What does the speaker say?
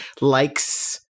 likes